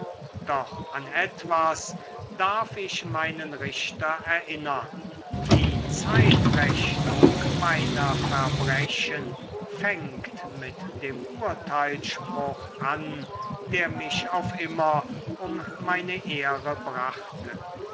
doch an etwas darf ich meinen richter erinnern die zeitrechnung meiner verbrechen fängt mit dem urteilspruch an der mich auf immer um meine ehre brachte